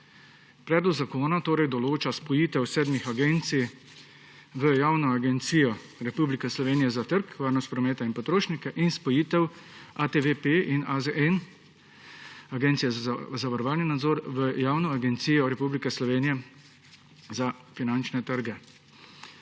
Predlog zakona torej določa spojitev sedmih agencij v javno agencijo Republike Slovenije za trg, varnost prometa in potrošnike in spojitev ATVP in AZN, Agencije za zavarovalni nadzor v javno agencijo Republike Slovenije za finančne trge.